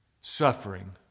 suffering